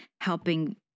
helping